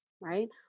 right